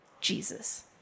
Jesus